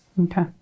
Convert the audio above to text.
Okay